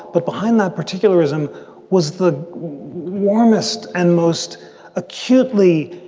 but behind the particularism was the warmest and most acutely